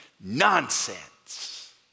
Nonsense